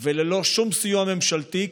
וללא שום סיוע ממשלתי,